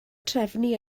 trefnu